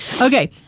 Okay